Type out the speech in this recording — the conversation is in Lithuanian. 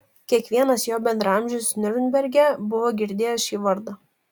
kiekvienas jo bendraamžis niurnberge buvo girdėjęs šį vardą